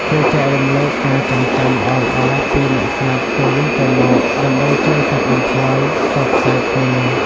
គេចែករំលែកការចងចាំល្អៗពីអ្នកស្លាប់ទៅវិញទៅមក ដើម្បីជួយកាត់បន្ថយសោកសៅគ្នា។